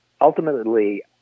ultimately